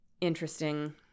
interesting